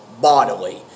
bodily